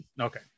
Okay